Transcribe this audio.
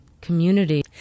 community